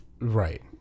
Right